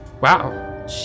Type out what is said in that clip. Wow